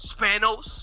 Spanos